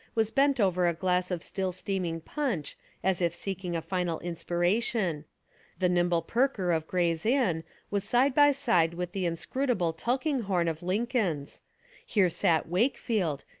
was bent over a glass of still steaming punch as if seeking a final inspiration the nimble perker of grey's inn was side by side with the inscrutable tul kinghorn of lincoln's here sat wakefield,